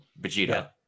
Vegeta